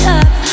up